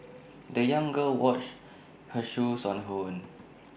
the young girl washed her shoes on her own